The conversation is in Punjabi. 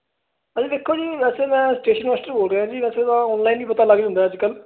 ਭਾਅ ਜੀ ਦੇਖੋ ਜੀ ਵੈਸੇ ਮੈਂ ਸਟੇਸ਼ਨ ਮਾਸਟਰ ਬੋਲ ਰਿਹਾ ਜੀ ਵੈਸੇ ਤਾਂ ਆਨਲਾਈਨ ਹੀ ਪਤਾ ਲੱਗ ਜਾਂਦਾ ਅੱਜ ਕੱਲ੍ਹ